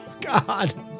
God